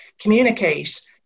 communicate